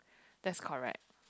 that's correct